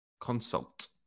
Consult